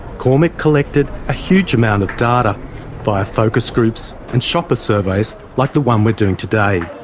cormick collected a huge amount of data via focus groups and shopper surveys like the one we're doing today.